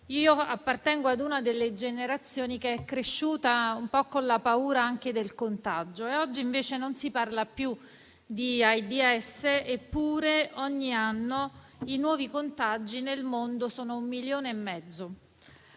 Io appartengo a una delle generazioni che è cresciuta con la paura anche del contagio. Oggi invece non si parla più di AIDS, eppure ogni anno i nuovi contagi nel mondo sono un milione e mezzo.